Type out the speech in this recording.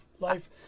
life